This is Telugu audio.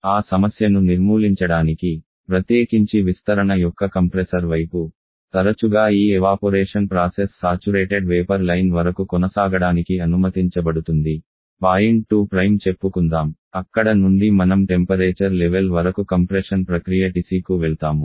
ఆ సమస్యను నిర్మూలించడానికి ప్రత్యేకించి విస్తరణ యొక్క కంప్రెసర్ వైపు తరచుగా ఈ ఎవాపొరేషన్ ప్రాసెస్ సాచురేటెడ్ వేపర్ రేఖ వరకు కొనసాగడానికి అనుమతించబడుతుంది పాయింట్ 2 చెప్పుకుందాం అక్కడ నుండి మనం టెంపరేచర్ లెవెల్ వరకు కంప్రెషన్ ప్రక్రియ TC కు వెళ్తాము